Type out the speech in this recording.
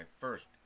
first